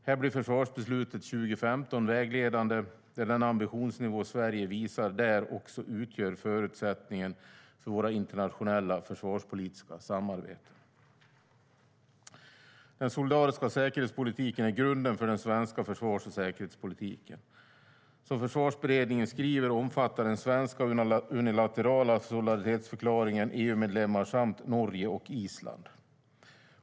Här blir försvarsbeslutet 2015 vägledande, då den ambitionsnivå Sverige visar där också utgör förutsättningen för våra internationella försvarspolitiska samarbeten. Den solidariska säkerhetspolitiken är grunden för den svenska försvars och säkerhetspolitiken. Som Försvarsberedningen skriver omfattar den svenska unilaterala solidaritetsförklaringen EU-medlemmar samt Norge och Island.